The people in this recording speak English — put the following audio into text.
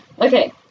Okay